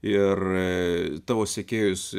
ir tavo sekėjus